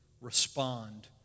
respond